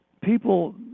people